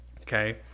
Okay